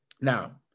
Now